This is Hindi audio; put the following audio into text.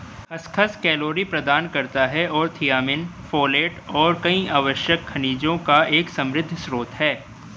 खसखस कैलोरी प्रदान करता है और थियामिन, फोलेट और कई आवश्यक खनिजों का एक समृद्ध स्रोत है